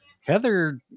Heather